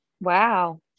Wow